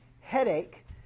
headache